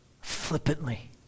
flippantly